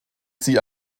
sie